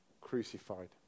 crucified